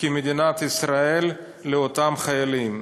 מדינת ישראל, לאותם חיילים.